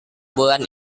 bulan